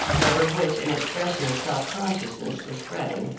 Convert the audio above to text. over which an expression of self-consciousness was spreading,